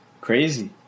Crazy